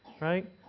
right